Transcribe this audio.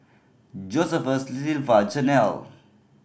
Josephus Zilpah Chanelle